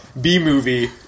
B-Movie